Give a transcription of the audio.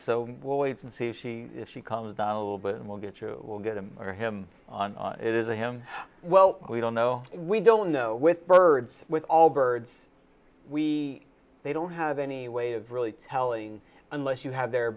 so we'll wait and see she she calms down a little bit and we'll get you will get him or him on it is a him well we don't know we don't know with birds with all birds we they don't have any way of really telling unless you have their